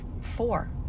four